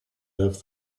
left